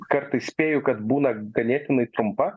kartais spėju kad būna ganėtinai trumpa